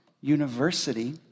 University